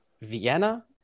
Vienna